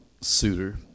suitor